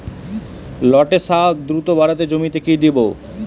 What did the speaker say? লটে শাখ দ্রুত বাড়াতে জমিতে কি দেবো?